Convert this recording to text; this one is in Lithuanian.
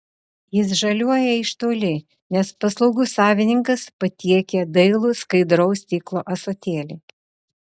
jis žaliuoja iš toli nes paslaugus savininkas patiekia dailų skaidraus stiklo ąsotėlį